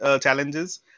challenges